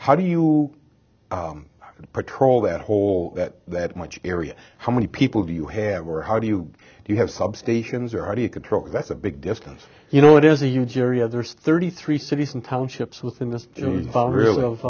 how do you patrol that hole that much area how many people do you have or how do you you have substations or how do you control that's a big distance you know it is a huge area there's thirty three cities and towns ships within this really of